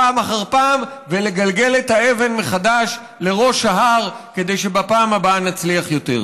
פעם אחר פעם ולגלגל את האבן מחדש לראש ההר כדי שבפעם הבאה נצליח יותר.